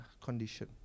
condition